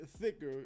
thicker